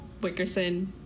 Wickerson